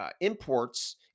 imports